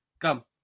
Come